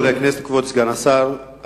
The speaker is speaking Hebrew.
כבוד סגן השר,